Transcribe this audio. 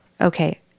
okay